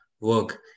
work